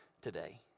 today